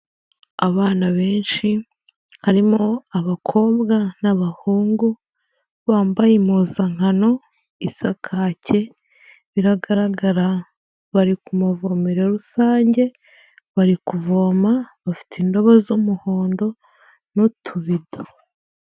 Abana benshi harimo abakobwa n'abahungu bambaye impuzankano isa kake, biragaragara bari ku mavomero rusange bari kuvoma bafite indobo z'umuhondo n'utubido.